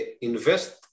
invest